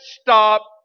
stop